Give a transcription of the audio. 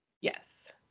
Yes